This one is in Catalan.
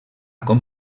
com